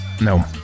No